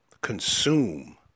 consume